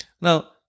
Now